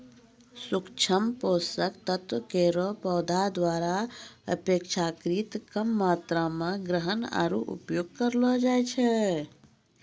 सूक्ष्म पोषक तत्व केरो पौधा द्वारा अपेक्षाकृत कम मात्रा म ग्रहण आरु उपयोग करलो जाय छै